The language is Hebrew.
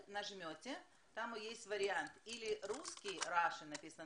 אני רואה שיש לנו